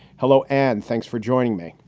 hello, and thanks for joining me.